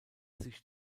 sich